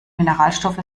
mineralstoffe